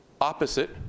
opposite